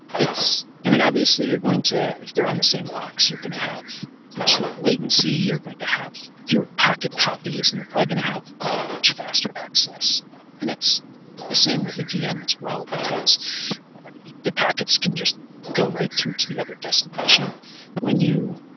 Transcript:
i mean, obviously you're going to if they're on the same box, you're going to have much lower latency, you're going to have fewer packet copies and you're probably going to have ah much faster access and that's the same with a vm as well because the packets can just go right through to the other destination when you